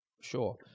Sure